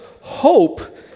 hope